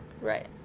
Right